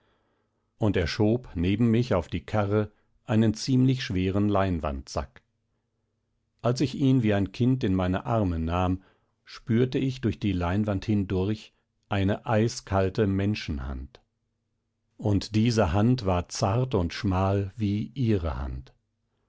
und er schob neben mich auf die karre einen ziemlich schweren leinwandsack als ich ihn wie ein kind in meine arme nahm spürte ich durch die leinwand hindurch eine eiskalte menschenhand und diese hand war zart und schmal wie ihre hand